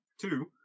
two